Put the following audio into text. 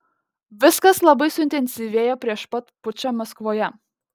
viskas labai suintensyvėjo prieš pat pučą maskvoje